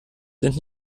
sind